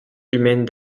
humaine